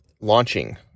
launching